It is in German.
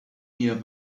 hier